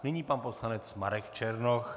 Nyní pan poslanec Marek Černoch.